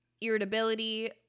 irritability